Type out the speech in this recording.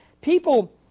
people